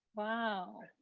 wow.